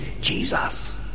Jesus